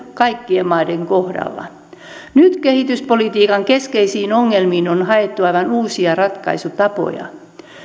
kaikkien maiden kohdalla nyt kehityspolitiikan keskeisiin ongelmiin on haettu aivan uusia ratkaisutapoja